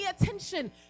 attention